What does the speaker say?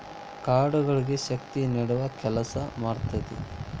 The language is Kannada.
ಕಾಂಡಗಳಿಗೆ ಶಕ್ತಿ ನೇಡುವ ಕೆಲಸಾ ಮಾಡ್ತತಿ